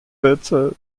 bitte